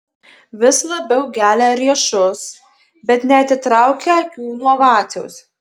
vis labiau gelia riešus bet neatitraukia akių nuo vaciaus